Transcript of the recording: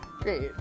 great